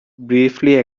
briefly